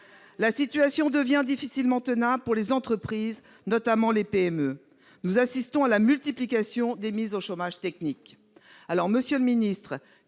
La situation devient difficilement tenable pour les entreprises, notamment les PME. Nous assistons à la multiplication des mises au chômage technique. Aussi, monsieur le secrétaire